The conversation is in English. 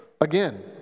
again